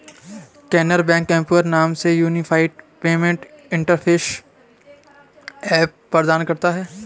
Canara bank empower नाम से unified payment interface app प्रदान करता हैं